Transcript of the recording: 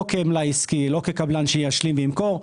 לא כקבלן שישלים וימכור,